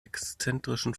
exzentrischen